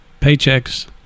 paychecks